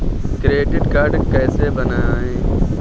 Credit card कैसे बनवाएँ?